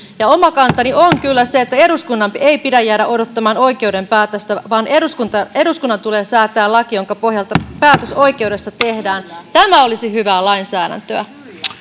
oma kantani on kyllä se että eduskunnan ei pidä jäädä odottamaan oikeuden päätöstä vaan eduskunnan tulee säätää laki jonka pohjalta päätös oikeudessa tehdään tämä olisi hyvää lainsäädäntöä